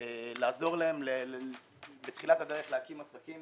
לעזור להן בתחילת הדרך להקים עסקים